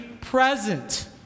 present